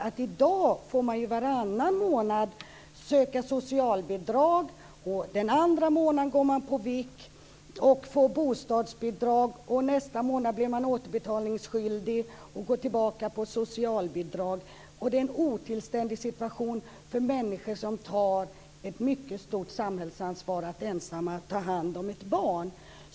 I dag får man ju varannan månad söka socialbidrag, och den andra månaden går man på vikariat och får bostadsbidrag. Nästa månad är man återbetalningsskyldig och går tillbaka till socialbidrag. Det är en otillständig situation för människor som tar ett mycket stort samhällsansvar genom att ensamma ta hand om ett barn.